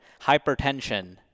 Hypertension